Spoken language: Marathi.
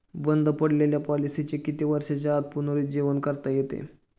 बंद पडलेल्या पॉलिसीचे किती वर्षांच्या आत पुनरुज्जीवन करता येते?